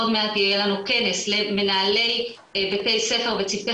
עוד מעט יהיה לנו כנס למנהלי בתי ספר וצוותי